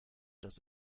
dass